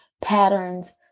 patterns